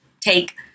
take